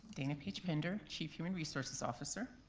dana paige-pender, chief human resources officer.